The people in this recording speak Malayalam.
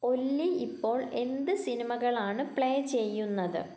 ഒല്ലി ഇപ്പോൾ എന്ത് സിനിമകളാണ് പ്ലേ ചെയ്യുന്നത്